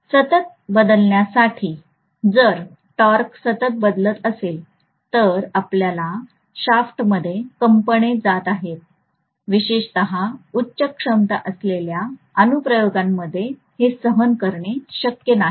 सतत बदलण्यासाठी जर टॉर्क सतत बदलत असेल तर आपल्याला शाफ्टमध्ये कंपने जात आहेत विशेषत उच्च क्षमता असलेल्या अनुप्रयोगांमध्ये हे सहन करणे शक्य नाही